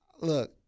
Look